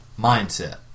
mindset